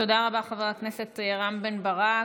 תודה רבה, חבר הכנסת רם בן ברק.